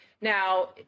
Now